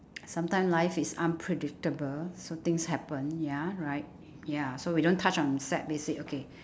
sometimes life is unpredictable so things happen ya right ya so we don't touch on sad base okay